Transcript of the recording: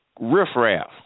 riffraff